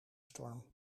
storm